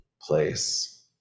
place